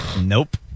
Nope